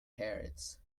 parrots